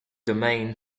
domain